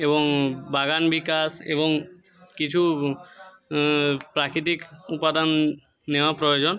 এবং বাগান বিকাশ এবং কিছু প্রাকৃতিক উপাদান নেওয়া প্রয়োজন